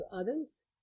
others